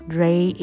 ray